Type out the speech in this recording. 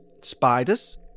Spiders